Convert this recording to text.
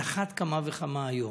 על אחת כמה וכמה היום: